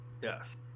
yes